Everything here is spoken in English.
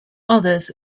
others